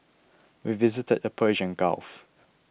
we visited the Persian Gulf